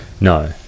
no